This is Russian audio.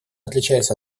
отличаются